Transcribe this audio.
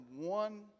one